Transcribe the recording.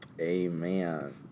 Amen